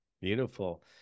Beautiful